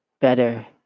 better